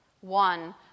one